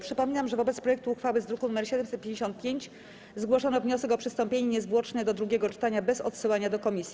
Przypominam, że wobec projektu uchwały z druku nr 755 zgłoszono wniosek o przystąpienie niezwłocznie do drugiego czytania bez odsyłania do komisji.